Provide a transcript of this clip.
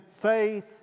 faith